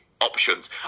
options